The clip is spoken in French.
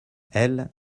elle